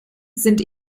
sind